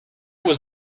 was